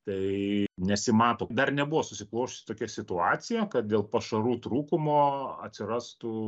tai nesimato dar nebuvo susiklosčiusi tokia situacija kad dėl pašarų trūkumo atsirastų